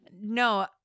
No